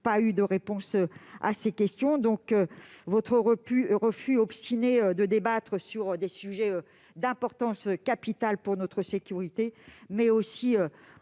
pas obtenu de réponses. Votre refus obstiné de débattre sur des sujets d'importance capitale pour notre sécurité, mais aussi